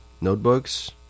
notebooks